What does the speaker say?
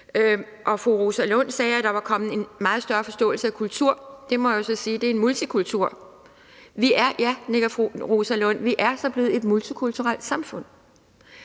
Fru Rosa Lund sagde, at der var kommet en meget større forståelse af kultur. Det må jeg så sige er en multikultur. Ja, nikker fru Rosa Lund. Vi er så blevet et multikulturelt samfund.